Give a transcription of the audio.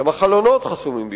גם החלונות חסומים בפניהם.